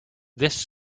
this